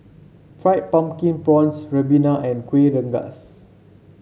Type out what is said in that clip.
Fried Pumpkin Prawns Ribena and Kueh Rengas